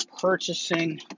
purchasing